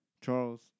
Charles